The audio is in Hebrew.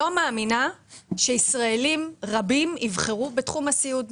לא מאמינה שישראלים רבים יבחרו בתחום הסיעוד.